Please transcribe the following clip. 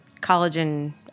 collagen